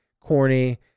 corny